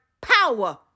power